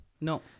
No